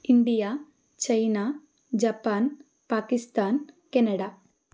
India China Japan Pakistan Canada